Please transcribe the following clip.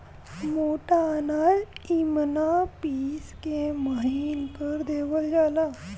मोटा अनाज इमिना पिस के महीन कर देवल जाला